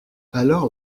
alors